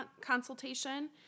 consultation